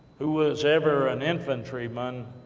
who was ever an infantryman,